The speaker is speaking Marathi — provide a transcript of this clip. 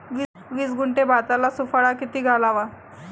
वीस गुंठे भाताला सुफला किती घालावा?